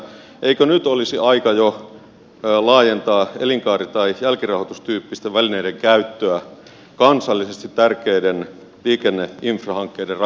eikö nyt olisi jo aika laajentaa elinkaari tai jälkirahoitustyyppisten välineiden käyttöä kansallisesti tärkeiden liikenneinfrahankkeiden rahoituksessa